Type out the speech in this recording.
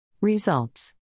Results